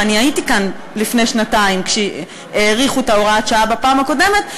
ואני הייתי כאן לפני שנתיים כשהאריכו את הוראת השעה בפעם הקודמת,